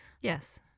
yes